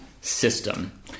system